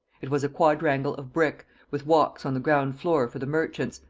it was a quadrangle of brick, with walks on the ground floor for the merchants,